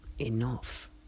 enough